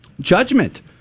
Judgment